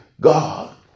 God